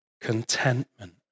Contentment